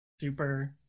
super